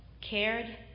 cared